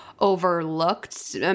overlooked